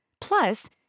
Plus